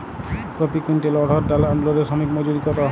প্রতি কুইন্টল অড়হর ডাল আনলোডে শ্রমিক মজুরি কত?